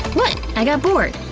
what, i got bored!